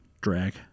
drag